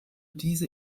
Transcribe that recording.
diese